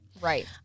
Right